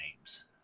names